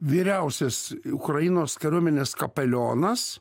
vyriausias ukrainos kariuomenės kapelionas